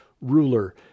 ruler